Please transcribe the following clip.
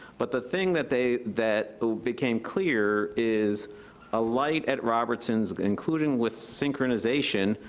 but the thing that they, that became clear is a light at robertson, including with synchronization,